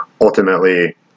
ultimately